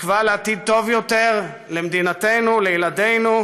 תקווה לעתיד טוב יותר למדינתנו, לילדינו,